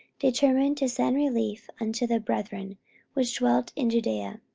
determined to send relief unto the brethren which dwelt in judaea